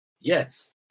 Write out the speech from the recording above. Yes